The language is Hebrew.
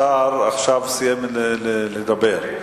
השר סיים עכשיו לדבר.